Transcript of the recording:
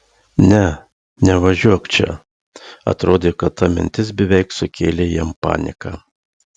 ne nevažiuok čia atrodė kad ta mintis beveik sukėlė jam paniką